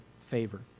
favor